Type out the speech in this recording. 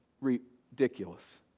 ridiculous